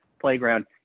playground